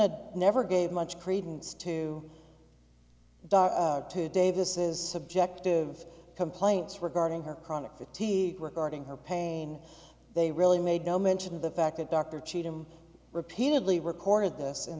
nod never gave much credence to dot davis is subjective complaints regarding her chronic fatigue regarding her pain they really made no mention of the fact that dr cheat him repeatedly recorded this in